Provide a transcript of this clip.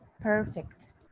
perfect